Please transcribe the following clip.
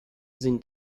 sind